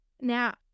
now